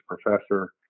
professor